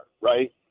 right